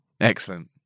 Excellent